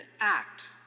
act